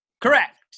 Correct